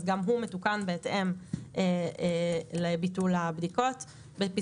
אז גם הוא מתוקן בהתאם לביטול הבדיקות: תיקון תקנה 35 13. בתקנה